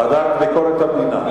הוועדה לביקורת המדינה.